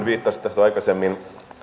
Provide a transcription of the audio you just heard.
viittasi aikaisemmin